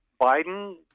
Biden